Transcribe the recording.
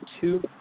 two